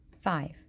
Five